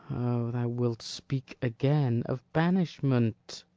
o, thou wilt speak again of banishment.